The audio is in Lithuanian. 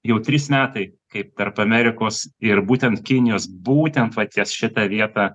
jau trys metai kaip tarp amerikos ir būtent kinijos būtent va ties šita vieta